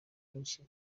byinshi